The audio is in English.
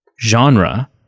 genre